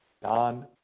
Don